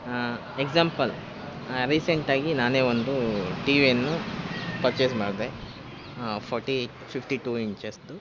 example ರೀಸೆಂಟಾಗಿ ನಾನೇ ಒಂದು ಟಿ ವಿಯನ್ನು ಪರ್ಚೇಸ್ ಮಾಡಿದೆ ಫೋರ್ಟಿ ಫಿಫ್ಟಿ ಟು ಇಂಚಸ್ದು